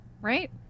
Right